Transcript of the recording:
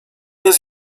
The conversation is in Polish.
jest